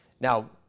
Now